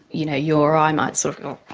you know you or i might sort of go,